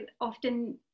often